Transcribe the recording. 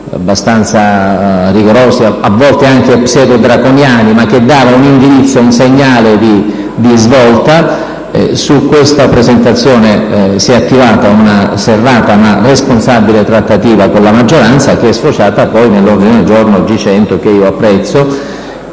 abbastanza rigorosi, a volte anche pseudo-draconiani, ma che dava un indirizzo e un segnale di svolta. Su questa presentazione si è attivata una serrata, ma responsabile, trattativa con la maggioranza, che è sfociata nell'ordine del giorno G100, che io apprezzo.